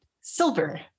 silver